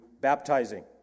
baptizing